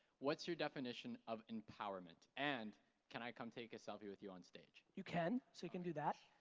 what's your definition of empowerment, and can i come take a selfie with you onstage? you can, so you can do that,